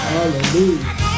Hallelujah